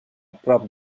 prop